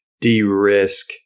de-risk